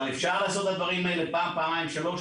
אבל אפשר לעשות את הדברים האלה פעם, פעמיים, שלוש.